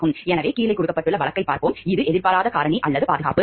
எனவே கீழே கொடுக்கப்பட்டுள்ள வழக்கைப் பார்ப்போம் இது எதிர்பாராத காரணி அல்லது பாதுகாப்பு